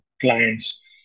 clients